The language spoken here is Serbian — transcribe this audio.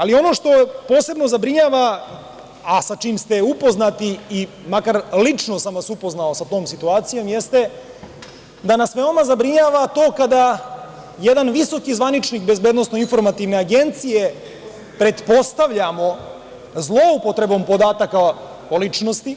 Ali, ono što posebno zabrinjava, a sa čim ste upoznati, makar sam vas lično upoznao sa tom situacijom, jeste da nas veoma zabrinjava to kada jedan visoki zvaničnik BIA, pretpostavljamo, zloupotrebom podataka o ličnosti,